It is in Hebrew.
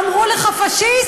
אמרו לך "פאשיסט"?